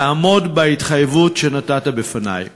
תעמוד בהתחייבות שנתת בפני.